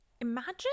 imagine